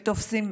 ותופסים